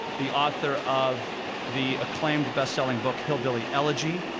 the author of the acclaimed bestselling book hillbilly elegy,